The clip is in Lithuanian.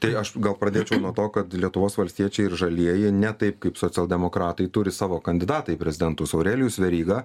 tai aš gal pradėčiau nuo to kad lietuvos valstiečiai ir žalieji ne taip kaip socialdemokratai turi savo kandidatą į prezidentus aurelijus veryga